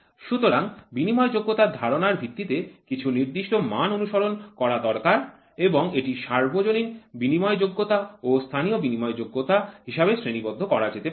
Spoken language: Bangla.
সুতরাং বিনিময়যোগ্যতার ধারণার ভিত্তিতে কিছু নির্দিষ্ট মান অনুসরণ করা দরকার এবং এটিকে সর্বজনীন বিনিময়যোগ্যতা ও স্থানীয় বিনিময়যোগ্যতা হিসাবে শ্রেণিবদ্ধ করা যেতে পারে